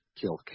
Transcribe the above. kill